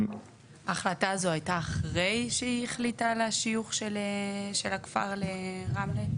ההחלטה הזו הייתה אחרי שהיא החליטה על השיוך של הכפר לרמלה?